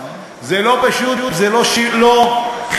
זה לא פשוט וזה לא חיזק,